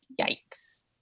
yikes